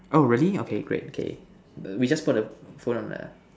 oh really okay great K err we just put the phone on the